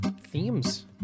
Themes